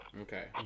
Okay